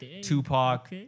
tupac